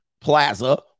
plaza